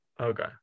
Okay